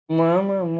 mama